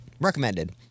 recommended